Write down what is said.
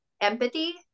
empathy